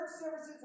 services